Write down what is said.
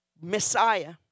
Messiah